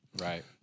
Right